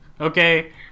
okay